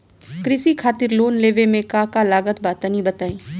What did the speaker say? कृषि खातिर लोन लेवे मे का का लागत बा तनि बताईं?